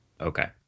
okay